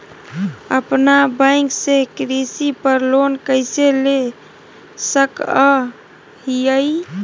अपना बैंक से कृषि पर लोन कैसे ले सकअ हियई?